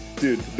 Dude